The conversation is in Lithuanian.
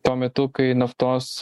tuo metu kai naftos